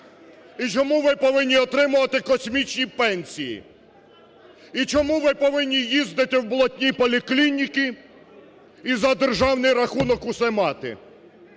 І чому ви повинні отримувати космічні пенсії? І чому ви повинні їздити в "блатні" поліклініки і за державний рахунок все мати?